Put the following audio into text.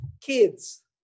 kids